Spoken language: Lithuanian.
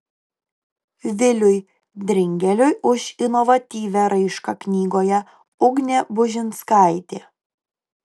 viliui dringeliui už inovatyvią raišką knygoje ugnė bužinskaitė